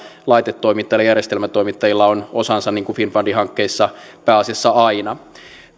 laitetoimittajilla järjestelmätoimittajilla on osansa niin kuin finnfundin hankkeissa pääasiassa aina